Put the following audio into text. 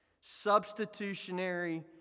Substitutionary